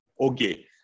Okay